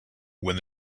when